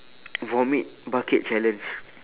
vomit bucket challenge